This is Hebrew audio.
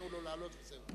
תנו לו לעלות וזהו.